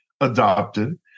adopted